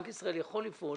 בנק ישראל יכול לפעול,